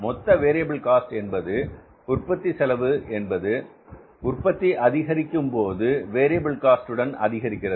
மொத்த variable cost என்பது உற்பத்தி செலவு என்பது உற்பத்தி அதிகரிக்கும் போது வேரியபில் காஸ்ட் உடன் அதிகரிக்கிறது